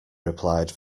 replied